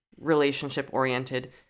relationship-oriented